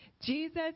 Jesus